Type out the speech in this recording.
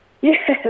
Yes